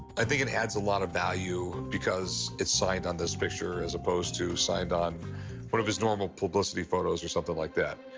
i think it adds a lot of value because it's signed on this picture, as opposed to signed on one of his normal publicity photos or something like that.